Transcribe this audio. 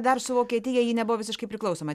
dar su vokietija ji nebuvo visiškai priklausoma